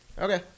Okay